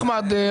אחמד,